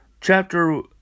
chapter